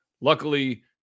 luckily